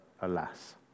alas